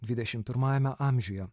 dvidešimt pirmajame amžiuje